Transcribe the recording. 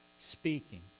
speaking